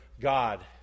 God